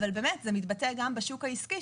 אבל זה מתבטא גם בשוק העסקי,